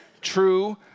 true